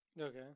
Okay